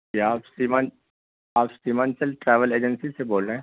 کیا آپ سیمانچل آپ سیمانچل ٹریول ایجنسی سے بول رہے ہیں